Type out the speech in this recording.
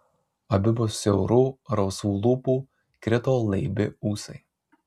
abipus siaurų rausvų lūpų krito laibi ūsai